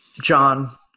John